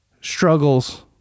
struggles